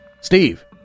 Steve